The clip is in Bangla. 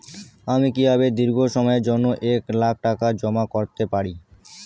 আমি কিভাবে দীর্ঘ সময়ের জন্য এক লাখ টাকা জমা করতে পারি?